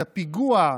את הפיגוע,